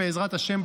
בעזרת השם,